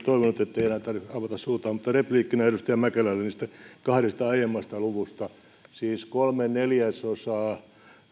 toivonut ettei enää tarvitse avata suutaan mutta repliikkinä edustaja mäkelälle niistä kahdesta aiemmasta luvusta siis kolme neljäsosaa